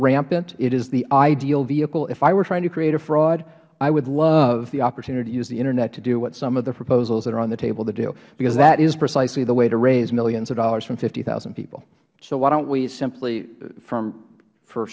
rampant it's the ideal vehicle if i were trying to create a fraud i would love the opportunity to use the internet to do what some of the proposals that are on the table to do because that's precisely the way to raise millions of dollars from fifty thousand people mister mchenry so why don't we simply fromh for